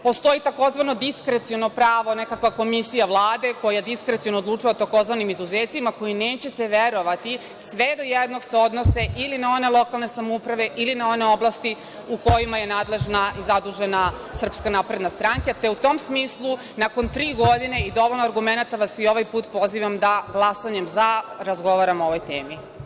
Postoji tzv. „diskreciono pravo“, nekakva komisija Vlade, koja diskreciono odlučuje o tzv. „izuzecima“, koji nećete verovati, sve do jednog se odnose ili na one lokalne samouprave ili na one oblasti u kojima je nadležna i zadužena SNS, te u tom smislu nakon tri godine i dovoljno argumenata vas i ovaj put pozivam da glasanjem – za, razgovaramo o ovoj temi.